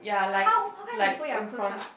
how how come she pull your clothes up